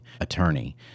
attorney